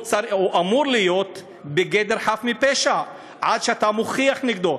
הוא אמור להיות בגדר חף מפשע עד שאתה מוכיח נגדו,